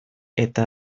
eta